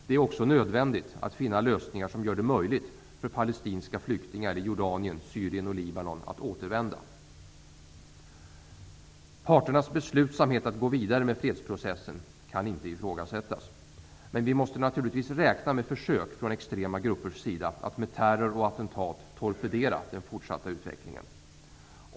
Det är också nödvändigt att finna lösningar som gör det möjligt för palestinska flyktingar i Jordanien, Syrien och Libanon att återvända. Parternas beslutsamhet att gå vidare med fredsprocessen kan inte ifrågasättas. Men vi måste naturligtvis räkna med försök från extrema gruppers sida att med terror och attentat torpedera den fortsatta utvecklingen.